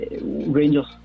Rangers